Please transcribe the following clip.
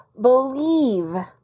believe